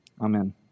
Amen